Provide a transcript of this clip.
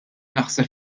naħseb